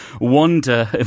wonder